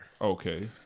Okay